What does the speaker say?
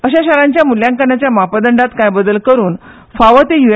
अशा शारांच्या मुल्यांकनाच्या मापदंडात काय बदल करून फांव त्यो यू